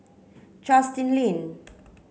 Justin Lean